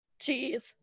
Jeez